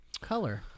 color